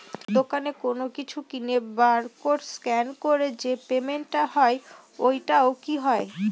দোকানে কোনো কিছু কিনে বার কোড স্ক্যান করে যে পেমেন্ট টা হয় ওইটাও কি হয়?